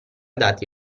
dati